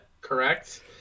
correct